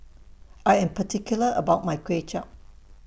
I Am particular about My Kway Chap